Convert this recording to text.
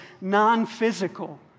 non-physical